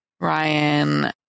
Ryan